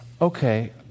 Okay